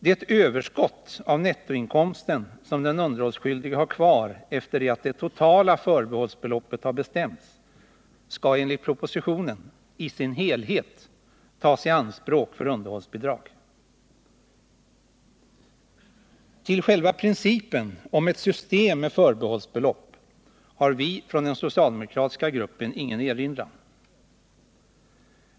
Det överskott av nettoinkomsten som den underhållsskyldige har kvar, efter det att det totala förbehållsbeloppet har bestämts, skall enligt propositionen i sin helhet tas i anspråk för underhållsbidrag. Mot själva principen om ett system med förbehållsbelopp har vi från den socialdemokratiska gruppen ingen erinran.